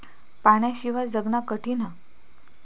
पाण्याशिवाय जगना कठीन हा